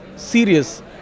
serious